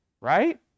Right